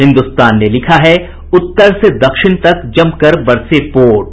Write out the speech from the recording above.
हिन्दुस्तान ने लिखा है उत्तर से दक्षिण तक जमकर बरसे वोट